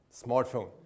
smartphone